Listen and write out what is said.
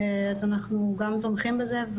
אז אנחנו גם תומכים בזה.